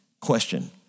Question